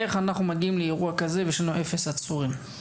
איך אנחנו מגיעים לאירוע כזה ויש אפס עצורים?